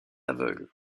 aveugle